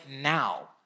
now